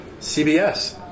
CBS